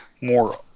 more